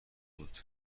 بود